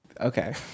Okay